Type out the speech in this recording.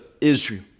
Israel